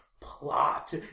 plot